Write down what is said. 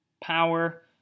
Power